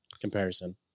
comparison